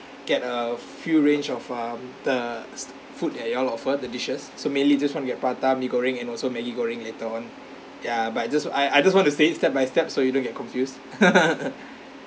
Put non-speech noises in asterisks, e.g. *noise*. get a few range of um the food that y'all offer the dishes so mainly just want to get prata mee goreng and also Maggi goreng later on ya but I just I I just want to say it step by step so you don't get confused *laughs*